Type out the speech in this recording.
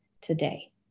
today